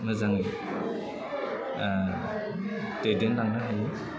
मोजाङै दैदेनलांनो हायो